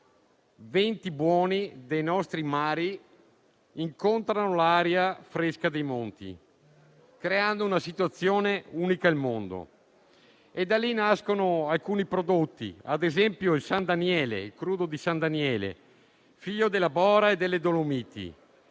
buoni dei nostri mari incontrano l'aria fresca dei monti, creando una situazione unica al mondo. Da lì nascono alcuni prodotti quali - ad esempio - il prosciutto crudo San Daniele, figlio della bora e delle Dolomiti;